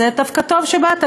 זה דווקא טוב שבאת,